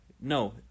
No